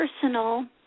personal